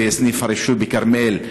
בסניף משרד הרישוי בכרמיאל.